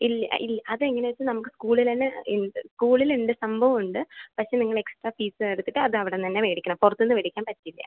ഇല്ല ഇല്ല അത് എങ്ങനെയാണെന്ന് വച്ചാൽ നമ്മൾക്ക് സ്കൂളിൽ തന്നെ ഉണ്ട് സ്കൂളിൽ ഉണ്ട് സംഭവം ഉണ്ട് പക്ഷെ നിങ്ങൾ എക്സ്ട്രാ ഫീസ് എടുത്തിട്ട് അത് അവിടെ നിന്നുതന്നെ മേടിക്കണം പുറത്തു നിന്ന് മേടിക്കാൻ പറ്റില്ല